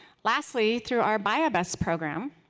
lastly through our bio best program,